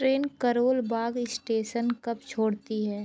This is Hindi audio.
ट्रेन करोल बाग स्टेशन कब छोड़ती है